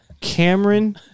Cameron